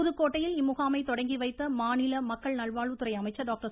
புதுக்கோட்டையில் இம்முகாமை தொடங்கி வைத்த மாநில மக்கள் நல்வாழ்வுத்துறை அமைச்சர் டாக்டர்